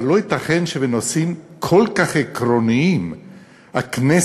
אבל לא ייתכן שבנושאים כל כך עקרוניים הכנסת